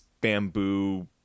bamboo